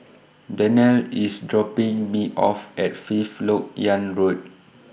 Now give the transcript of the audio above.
Danelle IS dropping Me off At Fifth Lok Yang Road